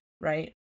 right